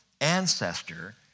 ancestor